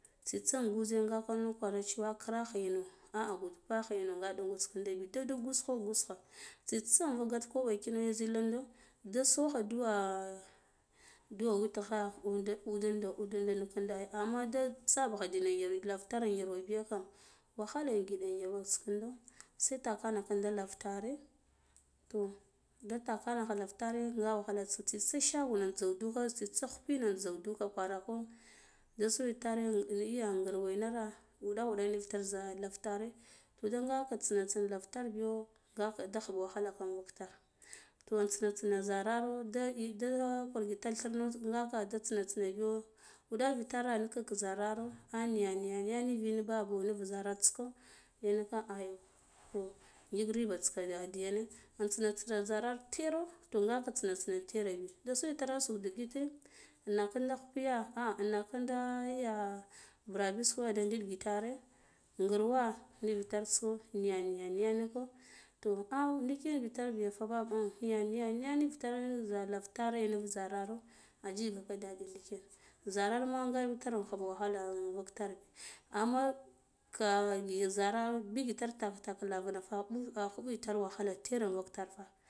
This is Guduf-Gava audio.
Tsitsa in gwuze nga gwarna garan cewa ah krakha ino ah guduppaha ino nga ɗan gwats kinda bi da du gwuzgwuzha tsitsa invak gat kwuɓo kina ya zilando da sokha duwa duwa witgha uda udando udando kinda ai amma da tsabaka dina yan lartar yarwa na biya kam waklada ngiɗa yarwa tsikindo se takana kinda lavatare toh da takh kare lava tare nga wakhala istka tsitsa sagona zak dukha tsitsa khipina jzakdukha kwa rako da so itare da yiya ngurwa inara wuɗa wuɗa nivtare za lava tare toh da nga intsine tsina biyo ngaka da khub wahala ka hvak tar to latsina tsino zarro nda nde kwuga tharna nga ka da tsina tsina biyo wuɗa vitera nikau zarraro ah niya niya niya nivin babo niv zarata ko yanaka ayo toh yik ribats ka diyane intaiha tsina garara tero toh ngaka tsina tsina bi da so its, suu ndigire nagh kinda piya ah nagh kinda iya burabisko nda diɗgitare ngurwa nivi taratsa kho niya niya niya niko toh ah ndilan bi tar biya te babawo niya niya niya nur tare za lara tare nuf zararo ajigaku daɗi ndiken zaarma nja itir khaba wakhala in vak to bi amma ka ya zar bigitar tak taka larana fa akhuɓu ifa wakhala tera hrak tarfa